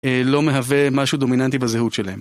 לא מהווה משהו דומיננטי בזהות שלהם.